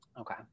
Okay